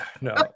No